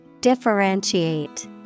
Differentiate